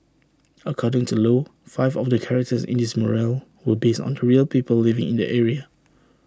according to low five of the characters in this mural were based onto real people living in the area